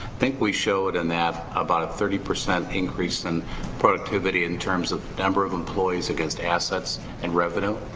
think we showed in that about a thirty percent increase in productivity in terms of number of employees against assets and revenue,